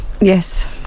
Yes